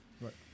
Right